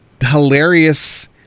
hilarious